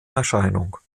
erscheinung